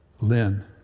Lynn